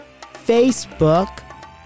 Facebook